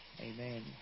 Amen